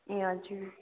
ए हजुर